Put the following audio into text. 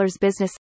business